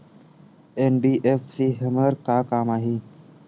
NBFC हमर का काम आही?